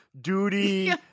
duty